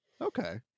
Okay